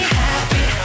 happy